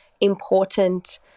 important